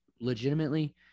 legitimately